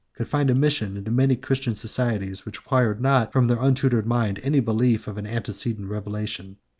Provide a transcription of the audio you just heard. could find admission into many christian societies, which required not from their untutored mind any belief of an antecedent revelation.